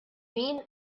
min